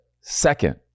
Second